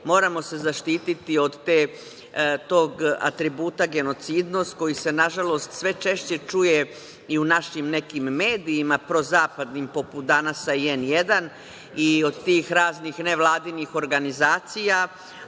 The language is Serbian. moramo se zaštiti od tog atributa genocidnost, koji se nažalost sve češće čuje i u našim nekim medijima prozapadnim, poput „Danasa“ i N1 i od tih raznih nevladinih organizacija,